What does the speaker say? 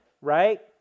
right